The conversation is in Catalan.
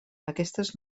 aquestes